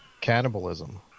cannibalism